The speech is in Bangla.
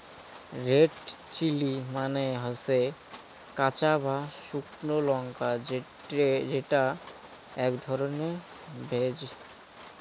রেড চিলি মানে হসে কাঁচা বা শুকনো লঙ্কা যেটা আক ধরণের ভেষজ